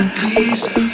Please